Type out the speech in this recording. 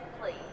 please